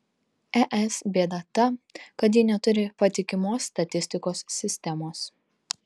es bėda ta kad ji neturi patikimos statistikos sistemos